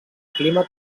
clima